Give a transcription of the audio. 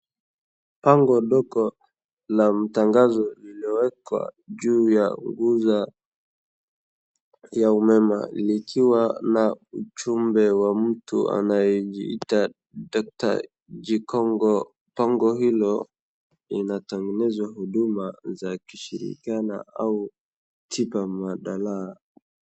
Bango dogo la mtangazo liliwekwa juu ya nguzo ya umeme, likiwa na ujumbe wa mtu anayejiita Daktari Jikongo. Bango hilo linatangaza huduma za kishirikina au tiba madala.